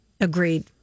Agreed